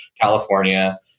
California